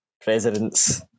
presidents